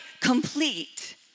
complete